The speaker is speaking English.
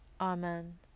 amen